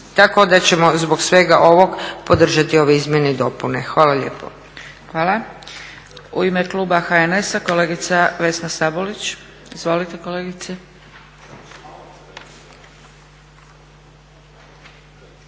Tako da ćemo zbog svega ovog podržati ove izmjene i dopune. Hvala lijepo. **Zgrebec, Dragica (SDP)** Hvala. U ime kluba HNS-a kolegica Vesna Sabolić. Izvolite kolegice.